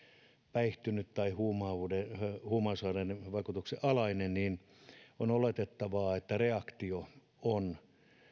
päihtynyt tai huumausaineiden huumausaineiden vaikutuksen alainen on oletettavaa että reaktio on